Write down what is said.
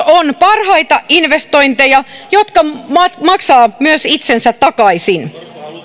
on parhaita investointeja jotka maksavat myös itsensä takaisin